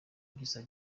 gisa